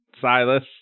Silas